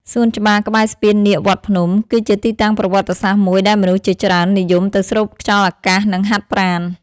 សួនច្បារក្បែរស្ពាននាគវត្តភ្នំ គឺជាទីតាំងប្រវត្តិសាស្ត្រមួយដែលមនុស្សជាច្រើននិយមទៅស្រូបខ្យល់អាកាស និងហាត់ប្រាណ។